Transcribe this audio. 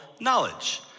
knowledge